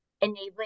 enabling